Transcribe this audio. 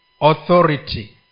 authority